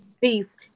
peace